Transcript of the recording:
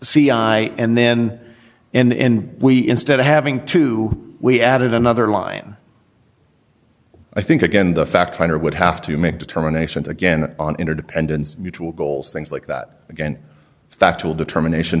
c i and then and we instead of having two we added another line i think again the fact finder would have to make determinations again on interdependence mutual goals things like that again factual determination